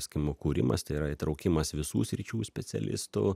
skim kūrimas tai yra įtraukimas visų sričių specialistų